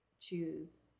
choose